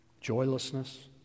Joylessness